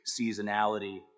seasonality